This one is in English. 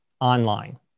online